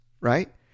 right